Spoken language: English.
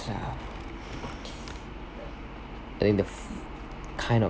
I think the kind of